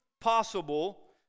possible